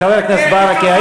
חבר הכנסת ברכה,